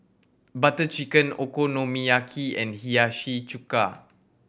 Butter Chicken Okonomiyaki and Hiyashi Chuka